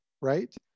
right